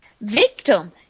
victim